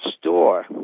store